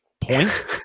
point